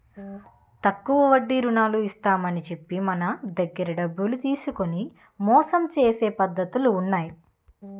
తక్కువ వడ్డీకి రుణాలు ఇస్తామని చెప్పి మన దగ్గర డబ్బులు తీసుకొని మోసం చేసే పద్ధతులు ఉన్నాయి